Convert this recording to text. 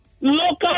local